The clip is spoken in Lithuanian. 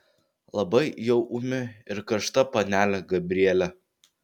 labai jau ūmi ir karšta panelė gabrielė